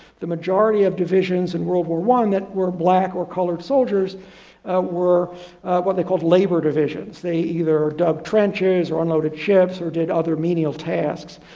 the majority of divisions in world war one that were black or colored soldiers were what they called labor divisions. they either dug trenches or unloaded ships or did other menial tasks.